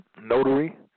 notary